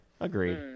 agreed